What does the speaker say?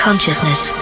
Consciousness